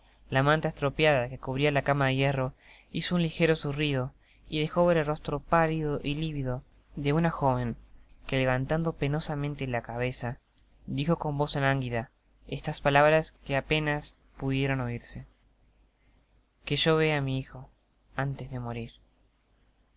la manta estropeada que cubria la cama de hierro hizo un ligero zurrido y dejo ver el rostro pálido y livido de una joven que levantando penosamente la cabeza dijo con voz lánguida estas palabras que á penas pudieron oirse que yo vea á mi hijo antes de morir el